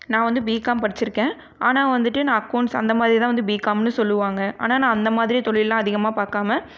நான் வந்து பிகாம் படிச்சிருக்கேன் ஆனால் வந்துட்டு நான் அக்கவுண்ஸ் அந்தமாதிரிதான் பிகாம்ன்னு சொல்லுவாங்கள் ஆனால் நான் அந்தமாதிரி தொழில்லாம் அதிகமாக பார்க்காம